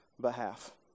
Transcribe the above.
behalf